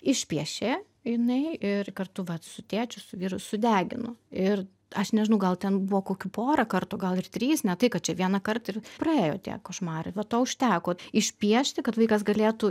išpiešė jinai ir kartu vat su tėčiu su vyru sudegino ir aš nežinau gal ten buvo kokių porą kartų gal ir trys ne tai kad čia vienąkart ir praėjo tie košmarai va to užteko išpiešti kad vaikas galėtų